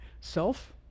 self